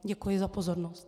Děkuji za pozornost.